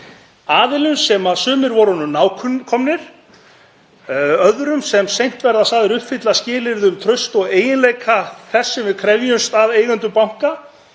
aðilum sem sumir voru honum nákomnir, öðrum sem seint verða sagðir uppfylla skilyrði um traust og eiginleika þess sem við krefjumst af eigendum banka